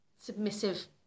submissive